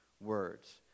words